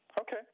Okay